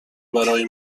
برای